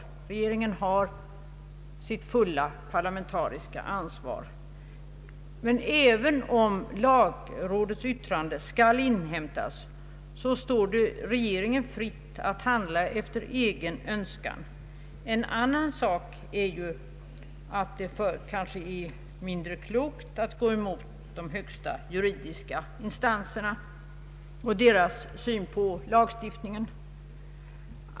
Regeringen har sitt fulla parlamentariska ansvar, och även om lagrådets yttrande skall inhämtas står det regeringen fritt att handla efter egen önskan. En annan sak är ju att det kanske är mindre klokt att gå mot de högsta juridiska instanserna och deras syn på lagstiftningen.